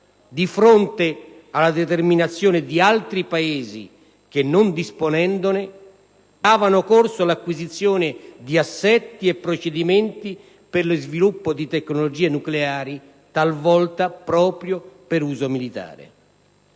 di fronte alla determinazione di altri Paesi che, non disponendone, davano corso all'acquisizione di assetti e procedimenti per lo sviluppo di tecnologie nucleari, talvolta proprio per uso militare.